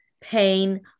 pain